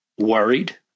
worried